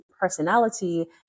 personality